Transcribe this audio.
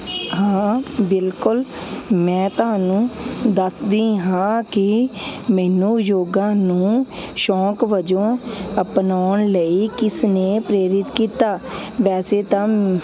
ਹਾਂ ਬਿਲਕੁਲ ਮੈਂ ਤੁਹਾਨੂੰ ਦੱਸਦੀ ਹਾਂ ਕਿ ਮੈਨੂੰ ਯੋਗਾ ਨੂੰ ਸ਼ੌਂਕ ਵਜੋਂ ਅਪਣਾਉਣ ਲਈ ਕਿਸ ਨੇ ਪ੍ਰੇਰਿਤ ਕੀਤਾ ਵੈਸੇ ਤਾਂ